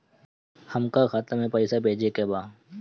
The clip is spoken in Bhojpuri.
हमका खाता में पइसा भेजे के बा